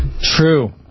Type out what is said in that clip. True